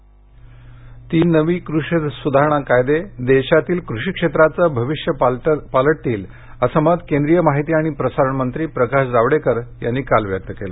कृषी तीन नवे कृषी सुधारणा कायदे देशातील कृषीक्षेत्राचं भविष्य पालटतील असं मत केंद्रीय माहिती आणि प्रसारण मंत्री प्रकाश जावडेकर यांनी काल व्यक्त केलं